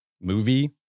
movie